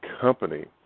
company